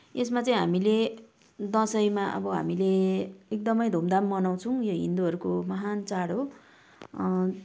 यसमा चाहिँ हामीले दसैँमा अब हामीले एकदमै धुमधाम मनाउछौँ यो हिन्दूहरूको महान् चाड हो